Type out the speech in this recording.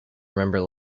remember